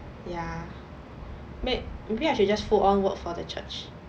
ya may~ maybe I should just full on work for the church